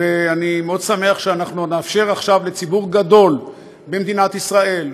התקבלה בקריאה שנייה ושלישית ונכנסת לספר החוקים של מדינת ישראל.